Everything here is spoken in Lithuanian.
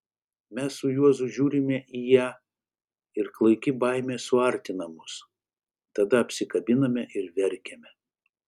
mes su juozu žiūrime į ją ir klaiki baimė suartina mus tada apsikabiname ir verkiame